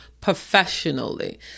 professionally